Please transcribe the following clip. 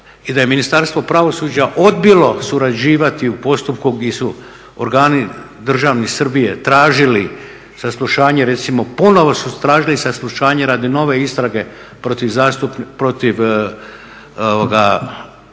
i da je Ministarstvo pravosuđa odbilo surađivati u postupku gdje su organi državni Srbije tražili saslušanje recimo ponovno su tražili saslušanje radi nove istrage protiv Marića,